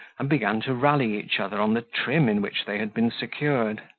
and began to rally each other on the trim in which they had been secured.